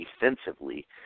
defensively